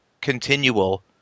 continual